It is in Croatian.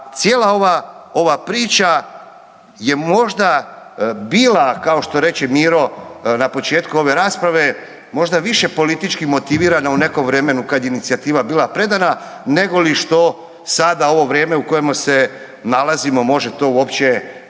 cijela ova priča je možda bila kao što reče Miro na početku ove rasprave, možda više politički motivirana u nekom vremenu kad je inicijativa bila predana nego li što sada ovo vrijeme u kojemu se nalazimo, može to uopće i dočarati.